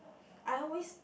I always